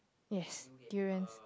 yes durians